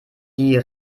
die